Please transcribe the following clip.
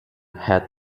had